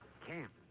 Camp